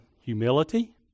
humility